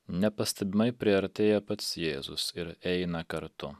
nepastebimai priartėja pats jėzus ir eina kartu